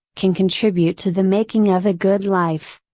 can contribute to the making of a good life.